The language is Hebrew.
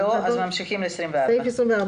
נמשיך הלאה.